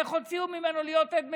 איך הוציאו ממנו להיות עד מדינה,